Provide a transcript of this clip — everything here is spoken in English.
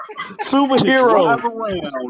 superheroes